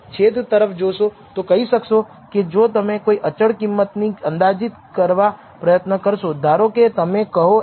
05 પસંદ કરો છો તો તમે નલ પૂર્વધારણાને નકારશો નહીં જો તમે 0